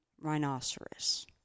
rhinoceros